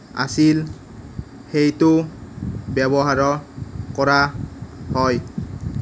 আছিল সেইটো ব্যৱহাৰ কৰা হয়